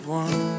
one